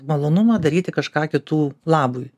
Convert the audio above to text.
malonumą daryti kažką kitų labui